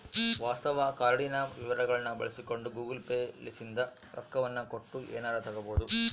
ವಾಸ್ತವ ಕಾರ್ಡಿನ ವಿವರಗಳ್ನ ಬಳಸಿಕೊಂಡು ಗೂಗಲ್ ಪೇ ಲಿಸಿಂದ ರೊಕ್ಕವನ್ನ ಕೊಟ್ಟು ಎನಾರ ತಗಬೊದು